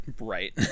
Right